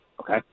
okay